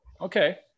Okay